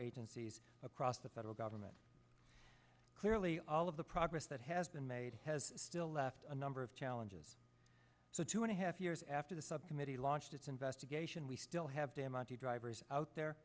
agencies across the federal government clearly all of the progress that has been made has still left a number of challenges so two and a half years after the subcommittee launched its investigation we still have damage the drivers out there